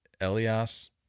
Elias